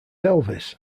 elvis